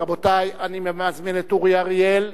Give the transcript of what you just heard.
רבותי, אני מזמין את אורי אריאל,